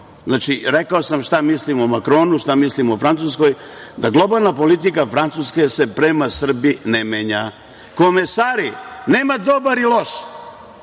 tome. Znači, rekao sam šta mislim o Makronu, šta mislim o Francuskoj, da globalna politika Francuske se prema Srbiji ne menja. Komesari, nema dobar i loš,